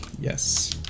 Yes